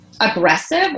aggressive